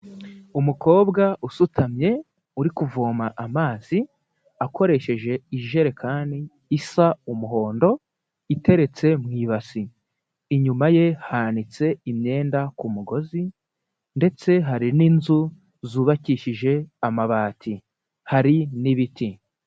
Umukobwa usutamye, uri kuvoma amazi akoresheje ijerekani isa umuhondo, iteretse mu ibasi, inyumaye hanitse imyenda ku mugozi, ndetse hari n'inzu zubakishije amabati, hari n'ibiti.